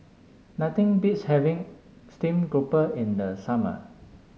nothing beats having steam grouper in the summer